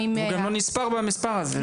הוא גם לא נספר במספר הזה.